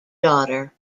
daughter